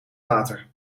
water